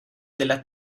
della